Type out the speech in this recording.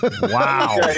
Wow